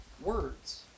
words